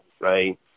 Right